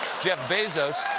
jeff bezos.